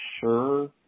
sure